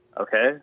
okay